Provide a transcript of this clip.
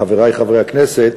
חברי חברי הכנסת,